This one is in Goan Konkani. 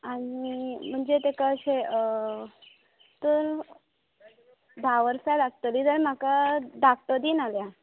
आनी म्हणजे तेका अशें तर धा वर्सां लागतली जाल म्हाका धाकटो दी नाल्या